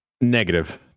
Negative